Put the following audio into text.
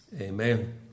Amen